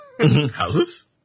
Houses